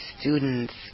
students